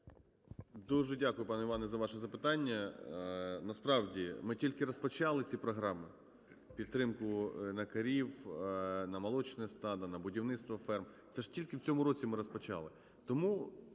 Дуже дякую, пане Іване, за ваше запитання. Насправді, ми тільки розпочали ці програми: підтримку на корів, на молочне стадо, на будівництво ферм – це ж тільки в цьому році ми розпочали.